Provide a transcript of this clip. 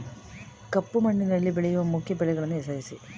ಕಪ್ಪು ಮಣ್ಣಿನಲ್ಲಿ ಬೆಳೆಯುವ ಮುಖ್ಯ ಬೆಳೆಗಳನ್ನು ಹೆಸರಿಸಿ